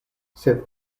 sed